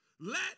let